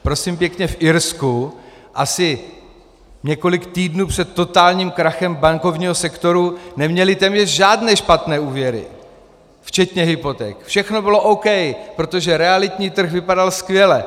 Prosím pěkně, v Irsku asi několik týdnů před totálním krachem bankovního sektoru neměli téměř žádné špatné úvěry včetně hypoték, všechno bylo OK, protože realitní trh vypadal skvěle.